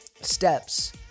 steps